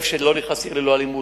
איפה שלא נכנסים עם "עיר ללא אלימות",